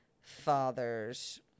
fathers